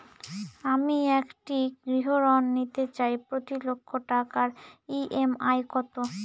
আমি একটি গৃহঋণ নিতে চাই প্রতি লক্ষ টাকার ই.এম.আই কত?